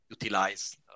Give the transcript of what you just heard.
utilize